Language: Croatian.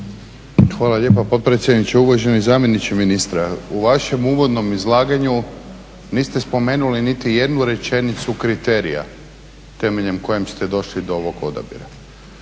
Hvala lijepa potpredsjedniče. Uvaženi zamjeniče ministra, u vašem uvodnom izlaganju niste spomenuli niti jednu rečenicu kriterija temeljem kojeg ste došli do ovog odabira.